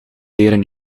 leren